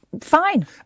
Fine